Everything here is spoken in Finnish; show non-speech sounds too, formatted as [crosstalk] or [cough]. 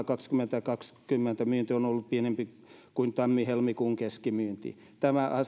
[unintelligible] kaksituhattakaksikymmentä huhtikuun myynti on ollut pienempi kuin tammi helmikuun keskimyynti tämä